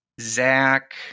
zach